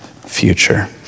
future